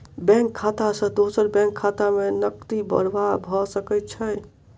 bank खाता सॅ दोसर बैंक खाता में नकदी प्रवाह भ सकै छै